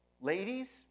Ladies